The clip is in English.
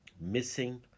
missing